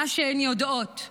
מה שהן יודעות.